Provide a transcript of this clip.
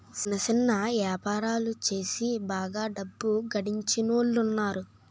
సిన్న సిన్న యాపారాలు సేసి బాగా డబ్బు గడించినోలున్నారు